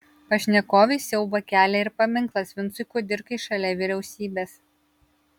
pašnekovei siaubą kelia ir paminklas vincui kudirkai šalia vyriausybės